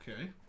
Okay